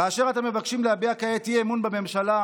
כאשר אתם מבקשים להביע כעת אי-אמון בממשלה,